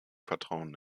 vertrauen